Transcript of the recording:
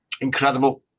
Incredible